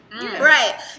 right